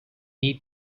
need